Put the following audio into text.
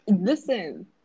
Listen